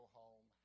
home